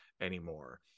anymore